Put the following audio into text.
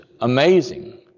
amazing